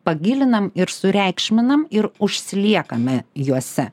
pagilinam ir sureikšminam ir užsiliekame juose